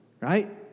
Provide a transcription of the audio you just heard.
Right